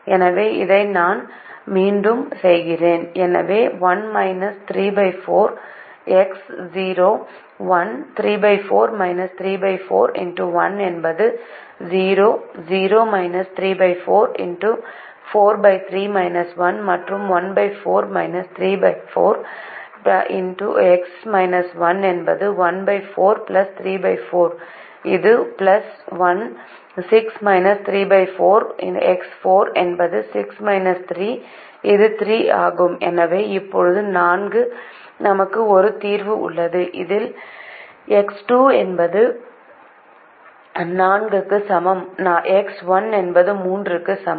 எனவே இதை நான் மீண்டும் செய்கிறேன் எனவே 1 34 x0 1 34 34 x1 என்பது 0 0 34 x 43 1 மற்றும் 14 34 x 1 என்பது 14 34 இது 1 6 34 x4 என்பது இது 3 ஆகும் எனவே இப்போது நமக்கு ஒரு தீர்வு உள்ளது இதில் எக்ஸ் 2 என்பது 4 க்கு சமம் எக்ஸ் 1 என்பது 3 க்கு சமம்